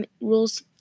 Rules